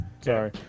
Sorry